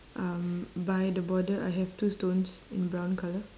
um by the border I have two stones in brown colour